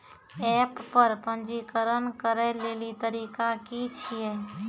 App पर पंजीकरण करै लेली तरीका की छियै?